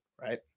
right